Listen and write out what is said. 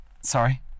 Sorry